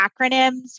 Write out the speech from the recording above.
acronyms